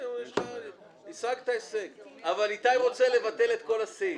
אבל איתי חוטר רוצה לוותר על כל הסעיף.